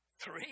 three